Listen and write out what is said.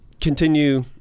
continue